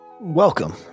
Welcome